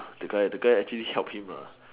the guy the guy actually help him